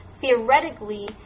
theoretically